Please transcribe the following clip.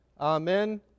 Amen